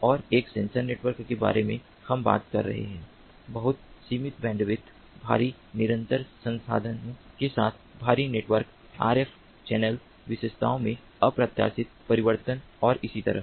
और एक sensor network के बारे में हम बात कर रहे हैं बहुत सीमित बैंडविड्थ भारी निरंतर संसाधनों के साथ भारी नेटवर्क आरएफ चैनल विशेषताओं में अप्रत्याशित परिवर्तन और इसी तरह